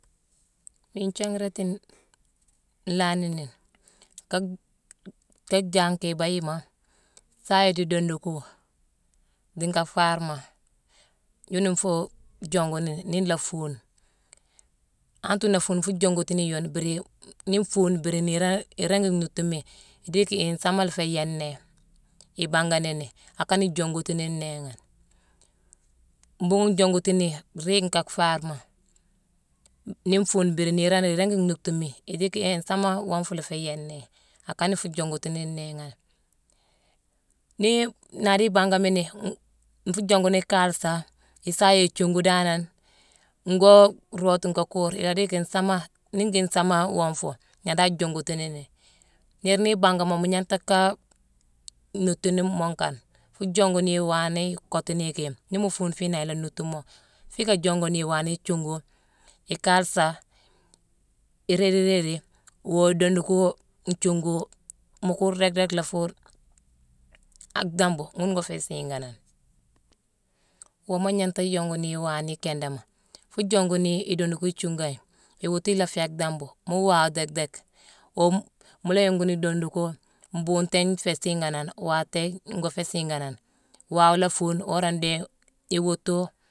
Miine nthianghrati-n- nlan nini: ka-ka jaa nkéé ibayima sayé dii dondukuma, dii nka faarma yuna nfuu jongu nini, ni nlaa fuune. Antere nlaa fuune, nfuu jongutini yune mbiri ni nfuu, mbiri niirane iringi nhuutumi. Idiiki hiin nsaama la féé yéé né ibanga nini. Akanea jonguti ni nnééghane. Mbuughune njonguti ni riig nka faarma, nii nfuu mbiri niirane iringi nhuutumi. Idiiki hiin nsaama woonfu la féé yéé né. A kana fuu jongutuni nééghane. Nii ndari ibangamani-n-nfuu jongu ni kalesa, isayé juungu danane, ngoo rootu nkaa kuur; ila diiki nsaama, niingi nsaama woonfu ndija ajonguti nini. Niir nii ibanga mo, mu gnanghta kaa nhuutuni moo kane. Fuu jongu ni iwaaneye kottu ni yicki nii mi fuune fiinangh, ila nuutu mo. Fii ka jonguni iwaane ithiongu, ikaalesa iraari- raari, woo idondugu nthiuugu mu kuur déck- déck nlhaa fur akdambu, ghune ngoo féé siinganane. Woonma gnanghta yonguni iwaane ikindama. Fii jonguni idondugu ithiuugu gaye. Iwuutu ila féé akdambu. Mu waane déck- déck. Oo-mu-mu la yonguni dondugu; mbuutéég nféé siiganane, waatéég ngoo féé siiganane. Waawe laa fuune, wora déé iwuutu